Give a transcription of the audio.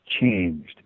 changed